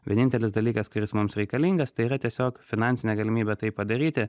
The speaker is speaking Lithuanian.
vienintelis dalykas kuris mums reikalingas tai yra tiesiog finansinė galimybė tai padaryti